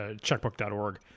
checkbook.org